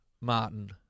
Martin